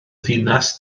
ddinas